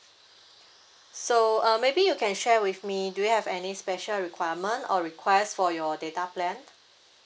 so uh maybe you can share with me do you have any special requirement or request for your data plan